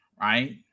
right